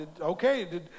Okay